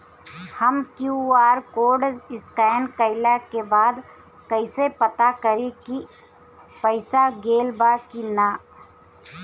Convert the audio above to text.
हम QR code scan कइला के बाद कइसे पता करि की पईसा गेल बा की न?